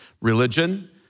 religion